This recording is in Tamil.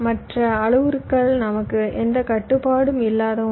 மற்ற அளவுருக்கள் நமக்கு எந்த கட்டுப்பாடும் இல்லாத ஒன்று